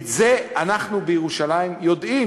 את זה אנחנו בירושלים יודעים.